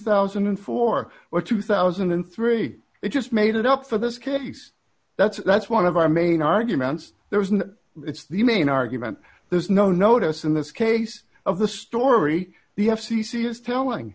thousand and four or two thousand and three it just made it up for this case that's that's one of our main arguments there isn't it's the main argument there's no notice in this case of the story the f c c is telling